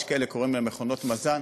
יש כאלה שקוראים להם "מכונות מזל".